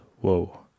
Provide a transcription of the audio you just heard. whoa